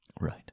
Right